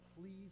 please